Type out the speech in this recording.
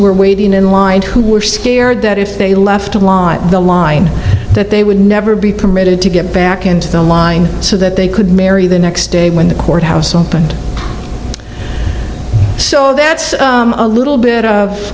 were waiting in line who were scared that if they left the line that they would never be permitted to get back into the line so that they could marry the next day when the courthouse opened so that's a little bit of